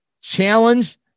challenge